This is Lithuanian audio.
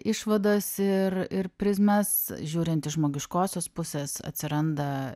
išvadas ir ir prizmes žiūrint iš žmogiškosios pusės atsiranda